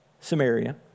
Samaria